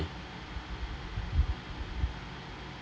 okay